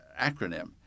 acronym